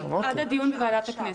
עד הדיון בוועדת הכנסת.